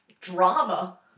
drama